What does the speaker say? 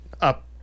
up